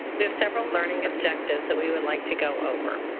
we have several learning objectives that we would like to go over.